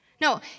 No